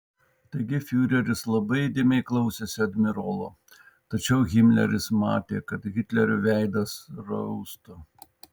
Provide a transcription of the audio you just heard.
taigi fiureris labai įdėmiai klausėsi admirolo tačiau himleris matė kad hitlerio veidas rausta